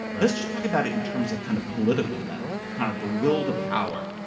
let's just talk about it in terms of kind of political mettle, the kind of the will to power.